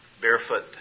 barefoot